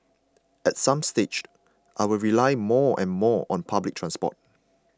at some stage I will rely more and more on public transport